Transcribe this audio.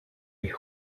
est